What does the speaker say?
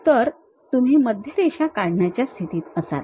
तर तुम्ही मध्य रेषा काढण्याच्या स्थितीत असाल